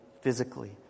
physically